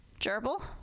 Gerbil